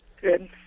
Good